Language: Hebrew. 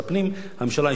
והממשלה אישרה אותו.